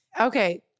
Okay